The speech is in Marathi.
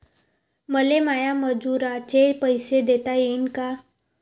मले माया मजुराचे पैसे देता येईन का?